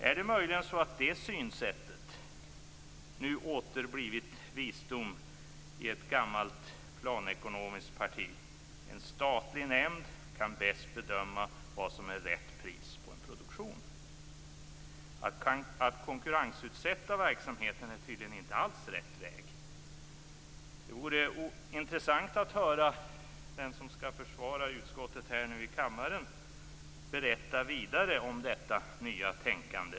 Är det möjligen så att det synsättet nu åter blivit visdom i ett gammalt planekonomiskt parti? En statlig nämnd kan bäst bedöma vad som är rätt pris på en produkt. Att konkurrensutsätta verksamheten är tydligen inte alls rätt väg. Det vore intressant att höra den som skall försvara utskottet i kammaren berätta vidare om detta nya tänkande.